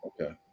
Okay